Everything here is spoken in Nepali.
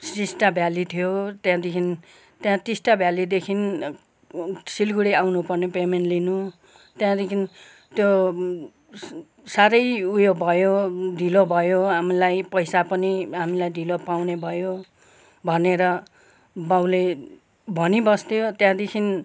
टिस्टा भ्याली थियो त्यहाँदेखि त्यहाँ टिस्टा भ्यालीदेखि सिलगढी आउनुपर्ने पेमेन्ट लिनु त्यहाँदेखि त्यो स साह्रे उयो भयो ढिलो भयो हामीलाई पैसा पनि हामीलाई ढिलो पाउने भयो भनेर बाउले भनी बस्थ्यो त्यहाँदेखि